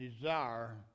desire